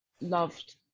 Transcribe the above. loved